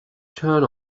turn